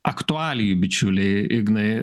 aktualijų bičiuli ignai